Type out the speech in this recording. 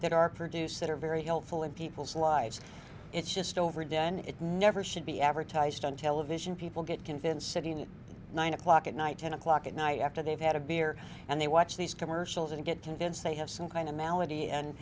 that are produced that are very helpful in people's lives it's just over done it never should be advertised on television people get convincing at nine o'clock at night ten o'clock at night after they've had a beer and they watch these commercials and get convinced they have some kind of malady and